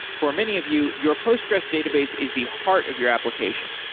for many of you, your postgres database is the heart of your application.